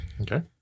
okay